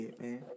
man